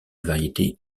variété